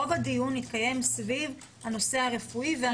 רוב הדיון התקיים סביב הנושא הרפואי והמטופלים.